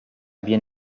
bien